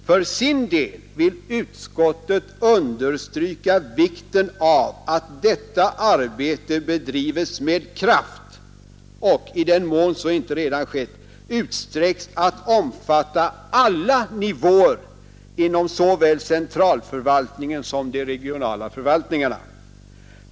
För sin del vill utskottet understryka vikten av att detta arbete bedrives med kraft och — i den mån så inte redan skett — utsträcks att omfatta alla nivåer inom såväl centralförvaltningen som de regionala och lokala förvaltningarna.